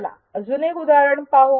चला अजून एक उदाहरण पाहू